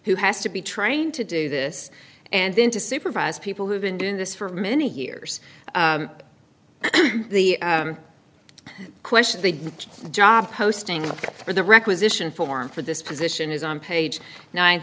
who has to be trained to do this and then to supervise people who've been doing this for many years the question the job posting or the requisition form for this position is on page nine